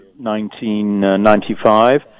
1995